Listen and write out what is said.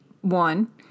one